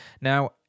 Now